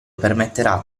permetterà